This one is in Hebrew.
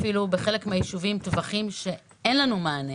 בחלק מהישובים יש אפילו טווחים שאין לנו לתת מענה,